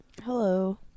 Hello